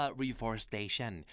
reforestation